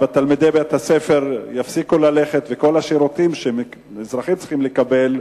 בתי-הספר יפסיקו ללמוד וכל השירותים שהאזרחים צריכים לקבל,